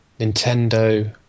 Nintendo